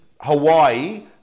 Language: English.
Hawaii